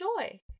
joy